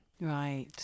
Right